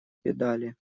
педали